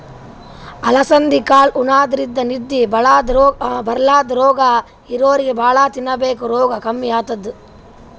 ಅಲಸಂದಿ ಕಾಳ್ ಉಣಾದ್ರಿನ್ದ ನಿದ್ದಿ ಬರ್ಲಾದ್ ರೋಗ್ ಇದ್ದೋರಿಗ್ ಭಾಳ್ ತಿನ್ಬೇಕ್ ರೋಗ್ ಕಮ್ಮಿ ಆತದ್